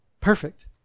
perfect